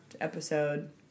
episode